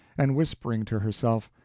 and whispering to herself,